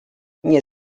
nie